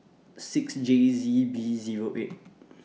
six J Z B Zero eight